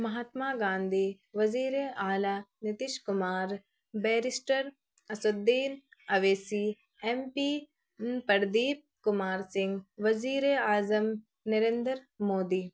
مہاتما گاندھی وزیر اعلیٰ Nitish Kumar barrister Asaduddin Owaisi M P Pradeep Kumar Singh وزیر اعظم نرندر مودی